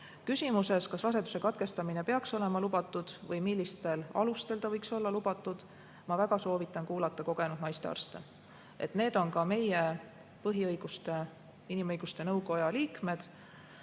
Küsimuses, kas raseduse katkestamine peaks olema lubatud või millistel alustel ta võiks olla lubatud, ma väga soovitan kuulata kogenud naistearste. Mõned neist kuuluvad ka meie inimõiguste nõukotta.